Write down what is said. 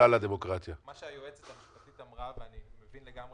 מרגע שהתקציב אושר בממשלה ועד שהוא הונח בכנסת היה פרק